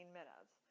minutes